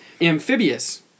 Amphibious